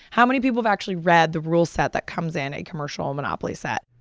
how many people actually read the rule set that comes in a commercial monopoly set?